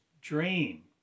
dream